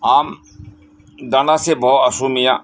ᱟᱢ ᱰᱟᱸᱰᱟ ᱥᱮ ᱵᱚᱦᱚᱜ ᱦᱟᱥᱳ ᱢᱮᱭᱟ